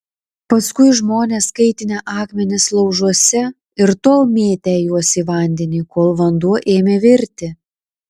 paskui žmonės kaitinę akmenis laužuose ir tol mėtę juos į vandenį kol vanduo ėmė virti